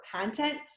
content